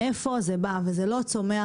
מאיפה זה בא זה לא צומח.